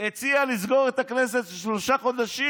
שהוא הציע לסגור את הכנסת לשלושה חודשים.